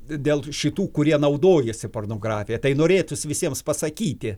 dėl šitų kurie naudojasi pornografija tai norėtųsi visiems pasakyti